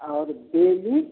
और बेली